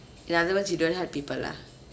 in other words you don't help people lah